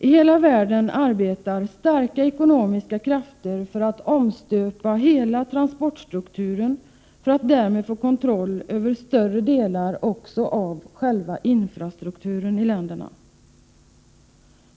I hela världen arbetar starka ekonomiska krafter för att omstöpa hela transportstrukturen, för att därmed få kontroll över större delar av infrastrukturen i länderna.